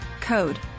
CODE